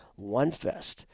OneFest